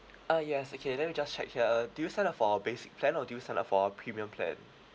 uh yes okay let me just check here uh do you sign up for our basic plan or do you sign up for our premium plan